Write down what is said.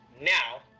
Now